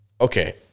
Okay